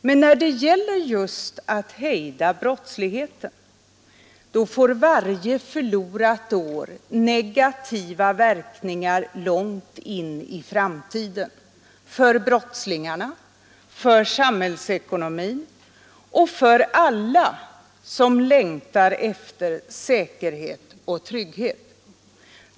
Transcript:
Men när det gäller att hejda brottsligheten, då får varje förlorat år negativa verkningar långt in i framtiden — för brottslingarna, samhällsekonomin och alla som längtar efter säkerhet och trygghet.